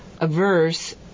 averse